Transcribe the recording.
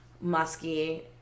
musky